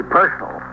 personal